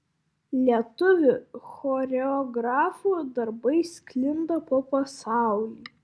lietuvių choreografų darbai sklinda po pasaulį